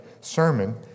sermon